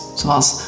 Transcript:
zoals